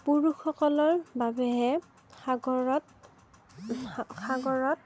পুৰুষসকলৰ বাবেহে সাগৰত সাগৰত